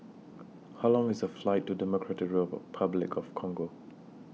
How Long IS The Flight to Democratic Republic of Congo